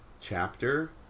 chapter